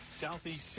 southeast